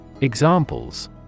Examples